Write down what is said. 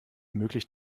möglich